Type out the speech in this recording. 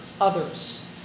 others